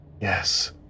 Yes